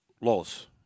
Laws